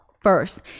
first